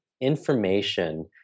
Information